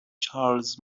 چارلز